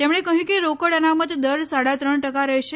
તેમણે કહ્યું કે રોકડ અનામત દર સાડા ત્રણ ટકા રહેશે